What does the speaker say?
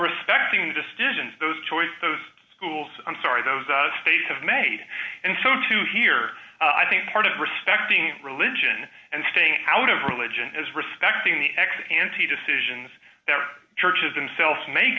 respecting the students those choice those schools i'm sorry those states have made and so to hear i think part of respecting religion and staying out of religion is respecting the ex ante decisions that are churches themselves make